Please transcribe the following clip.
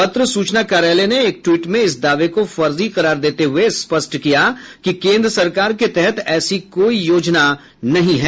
पत्र सूचना कार्यालय ने एक ट्वीट में इस दावे को फर्जी करार देते हये स्पष्ट किया कि केन्द्र सरकार के तहत ऐसी कोई योजना नहीं है